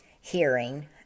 hearing